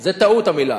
זה טעות המלה הזאת.